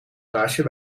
glaasje